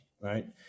right